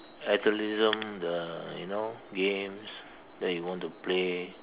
athleticism the you know games then you want to play